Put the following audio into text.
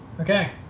Okay